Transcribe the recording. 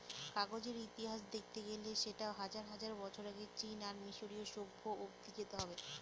কাগজের ইতিহাস দেখতে গেলে সেটা হাজার হাজার বছর আগে চীন আর মিসরীয় সভ্য অব্দি যেতে হবে